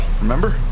remember